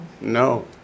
No